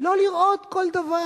לא לראות כל דבר.